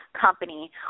company